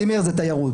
צימר זה תיירות.